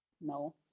no